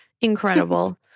Incredible